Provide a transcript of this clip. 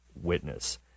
witness